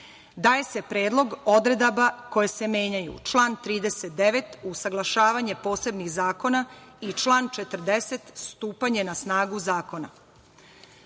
daje se predlog odredaba koje se menjaju, član 39. – usaglašavanje posebnih zakona i član 40. stupanje na snagu